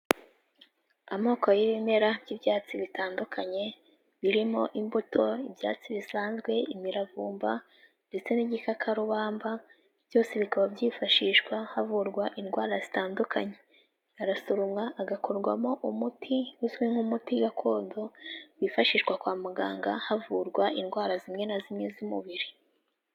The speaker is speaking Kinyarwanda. Amoko y'ibimera by'ibyatsi bitandukanye, birimo imbuto, ibyatsi bisanzwe, imiravumba ndetse n'igikakarubamba, byose bikaba byifashishwa havurwa indwara zitandukanye. Arasoromwa agakorwamo umuti uzwi nk'umuti gakondo, wifashishwa kwa muganga havurwa indwara zimwe na zimwe z'umubiri.